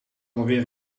alweer